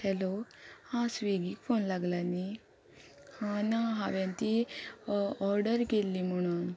hello हां स्विगीक phone लागला न्ही हां ना हांवें ती ऑर्डर केल्ली म्हणून